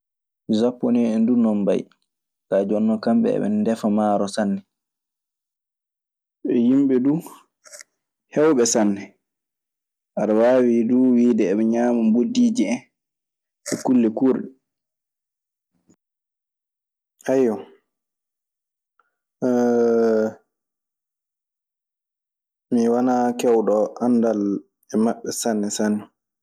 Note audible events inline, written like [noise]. Sapponee en duu non mbayi. Kaa jooni non, kamɓe eɓe ndefa maaro sanne. Ɓe yimɓe duu heewɓe sanne. Aɗe waawi duu wiide eɓe ñaama moddiiji en e kulle kuurɗe. Ayyo, [hesitation] mi wana kewɗo anndal e maɓɓe sanne sanne.